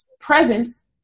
presence